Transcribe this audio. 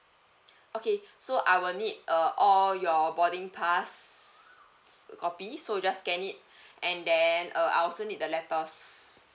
okay so I will need uh all your boarding pass copy so just scan it and then uh I also need the letters